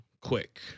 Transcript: quick